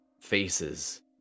faces